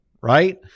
right